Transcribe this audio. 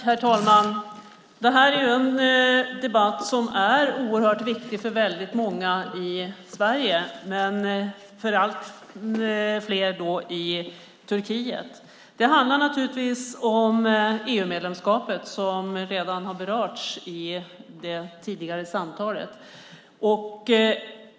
Herr talman! Det här är en debatt som är oerhört viktig för många i Sverige och för ännu fler i Turkiet. Det handlar naturligtvis om EU-medlemskapet, som redan har berörts i det tidigare samtalet.